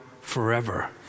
forever